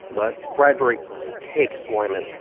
but bradbury takes wyman,